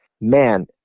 Man